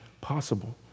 possible